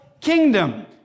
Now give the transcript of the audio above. kingdom